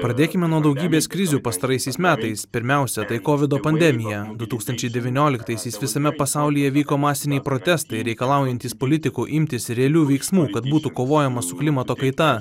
pradėkime nuo daugybės krizių pastaraisiais metais pirmiausia tai kovido pandemija du tūkstančiai devynioliktaisiais visame pasaulyje vyko masiniai protestai reikalaujantys politikų imtis realių veiksmų kad būtų kovojama su klimato kaita